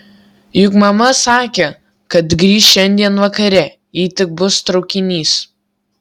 juk mama sakė kad grįš šiandien vakare jei tik bus traukinys